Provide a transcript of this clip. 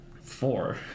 Four